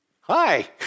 Hi